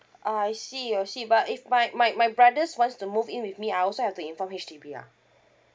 uh I see I see but if my my my brothers wants to move in with me I also have to inform H_D_B ah